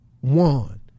one